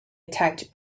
attacked